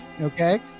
okay